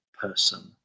person